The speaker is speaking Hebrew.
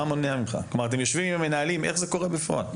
אתם יושבים עם מנהלים, איך זה קורה בפועל?